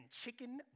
chicken